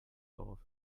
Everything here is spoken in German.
auf